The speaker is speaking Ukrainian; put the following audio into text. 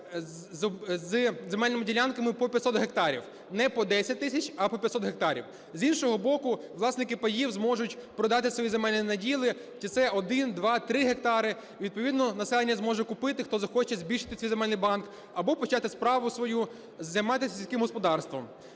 з земельними ділянками по 500 гектарів, не по 10 тисяч, а по 500 гектарів. З іншого боку, власники паїв зможуть продати свої земельні наділи: чи це один, два, три гектари. Відповідно населення зможе купити, хто захоче збільшити свій земельний банк, або почати справу свою, займатися сільським господарством.